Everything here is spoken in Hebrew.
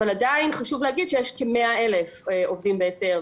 אבל עדיין חשוב להגיד שיש כ-100,000 עובדים בהיתר,